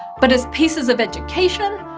but as pieces of education,